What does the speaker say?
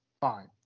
Fine